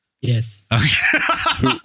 Yes